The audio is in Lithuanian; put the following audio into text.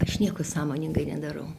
aš nieko sąmoningai nedarau